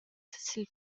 sil